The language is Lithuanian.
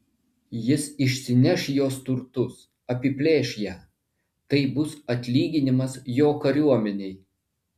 jis išsineš jos turtus apiplėš ją tai bus atlyginimas jo kariuomenei